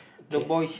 okay